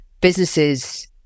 Businesses